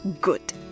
Good